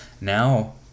Now